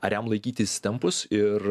ar jam laikyti įsitempus ir